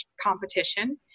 competition